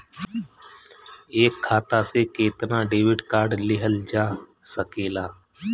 एक खाता से केतना डेबिट कार्ड लेहल जा सकेला?